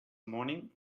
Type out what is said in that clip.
moaning